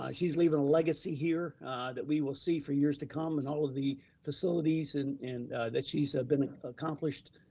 ah she's leaving a legacy here that we will see for years to come in all of the facilities and and that she's been accomplished.